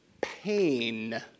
pain